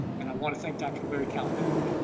and i want to thank dr. larry calhoun,